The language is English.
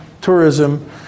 tourism